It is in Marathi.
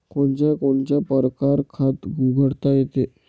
कोनच्या कोनच्या परकारं खात उघडता येते?